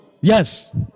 Yes